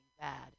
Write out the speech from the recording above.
bad